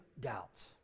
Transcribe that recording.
doubts